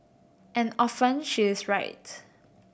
and often she is right